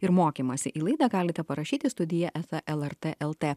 ir mokymąsi į laidą galite parašyti studija eta lrt lt